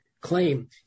claim